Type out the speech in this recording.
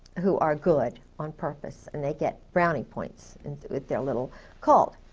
who are good, on purpose and they get brownie points, and they're little cold.